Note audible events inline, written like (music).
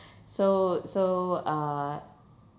(breath) so so uh